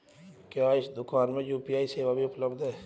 क्या इस दूकान में यू.पी.आई सेवा भी उपलब्ध है?